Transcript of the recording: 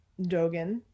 Dogen